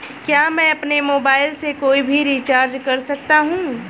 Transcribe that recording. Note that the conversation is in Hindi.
क्या मैं अपने मोबाइल से कोई भी रिचार्ज कर सकता हूँ?